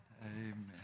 Amen